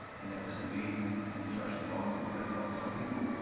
and that was the main the main thrust of all the people that called me. some people,